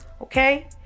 Okay